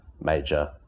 major